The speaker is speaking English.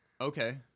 Okay